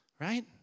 right